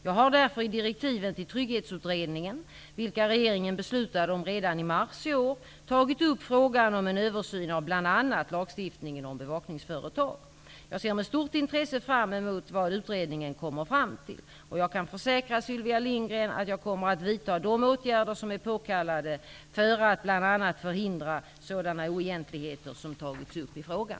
Jag har därför i direktiven till Trygghetsutredningen -- vilka regeringen beslutade om redan i mars i år -- tagit upp frågan om en översyn av bl.a. lagstiftningen om bevakningsföretag. Jag ser med stort intresse fram emot vad utredningen kommer fram till. Jag kan försäkra Sylvia Lindgren att jag kommer att vidta de åtgärder som är påkallade för att bl.a. förhindra sådana oegentligheter som tagits upp i frågan.